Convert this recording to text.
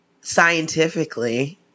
scientifically –